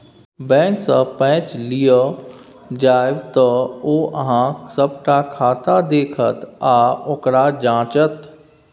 बैंकसँ पैच लिअ जाएब तँ ओ अहॅँक सभटा खाता देखत आ ओकरा जांचत